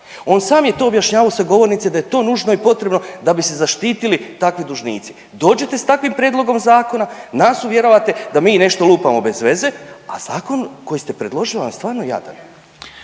On sam je to objašnjavao sa govornice da je to nužno i potrebno da bi se zaštitili takvi dužnici. Dođete s takvim prijedlogom zakonom, nas uvjeravate da mi nešto lupamo bez veze, a zakon koji ste predložili vam je stvarno jadan.